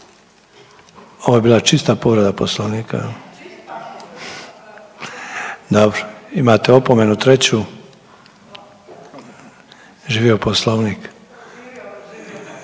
Ovo je bila čista povreda Poslovnika. Dobro, imate opomenu treću. Živio Poslovnik. Izvolite.